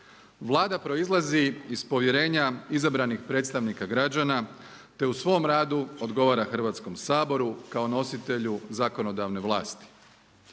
Vlada proizlazi iz povjerenja izabranih predstavnika građana, te u svom radu odgovara Hrvatskom saboru kao nositelju zakonodavne vlasti.